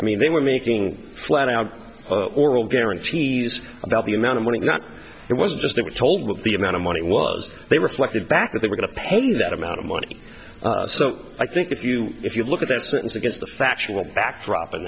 i mean they were making flat out oral guarantees about the amount of money not it was just a toll of the amount of money was they reflected back that they were going to pay that amount of money so i think if you if you look at that sentence against the factual backdrop in